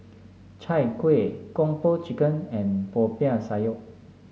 Chai Kuih Kung Po Chicken and Popiah Sayur